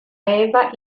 eva